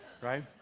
Right